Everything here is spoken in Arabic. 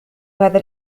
هذا